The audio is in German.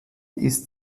ist